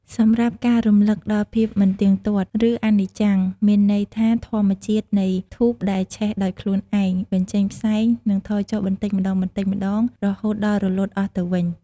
សម្រាប់ការរំលឹកដល់ភាពមិនទៀងទាត់ ឬអនិច្ចំ មានន័យថាធម្មជាតិនៃធូបដែលឆេះដោយខ្លួនឯង បញ្ចេញផ្សែង និងថយចុះបន្តិចម្តងៗ រហូតដល់រលត់អស់ទៅវិញ ។